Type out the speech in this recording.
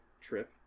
trip